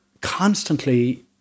constantly